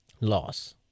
Loss